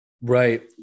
right